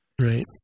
right